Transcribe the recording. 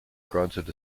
granted